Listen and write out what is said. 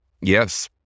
Yes